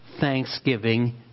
thanksgiving